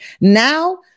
Now